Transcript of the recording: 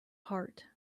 heart